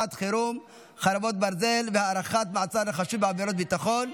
שעת חירום (חרבות ברזל) (הארכת מעצר לחשוד בעבירת ביטחון),